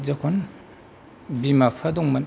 जेब्ला बिमा बिफा दंमोन